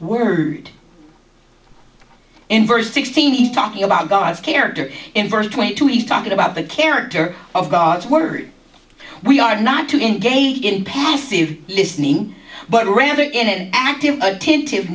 word in verse sixteen he's talking about god's character in verse twenty two he's talking about the character of god's word we are not to engage in passive listening but rather in an active attentive